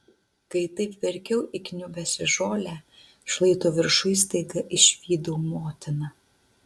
kai taip verkiau įkniubęs į žolę šlaito viršuj staiga išvydau motiną